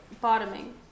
bottoming